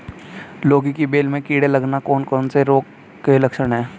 लौकी की बेल में कीड़े लगना कौन से रोग के लक्षण हैं?